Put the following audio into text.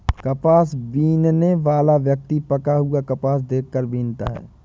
कपास बीनने वाला व्यक्ति पका हुआ कपास देख कर बीनता है